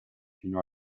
fino